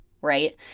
right